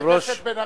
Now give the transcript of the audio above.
בן-ארי,